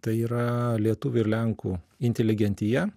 tai yra lietuvių ir lenkų inteligentija